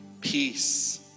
peace